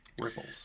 ripples